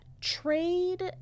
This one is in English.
trade